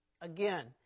Again